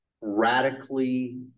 radically